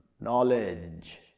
knowledge